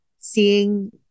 seeing